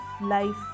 life